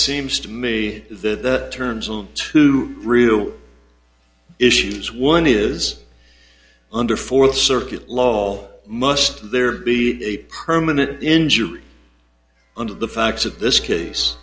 seems to me that turns on two real issues one is under fourth circuit law must there be a permanent injury under the facts of this case